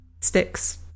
sticks